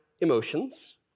emotions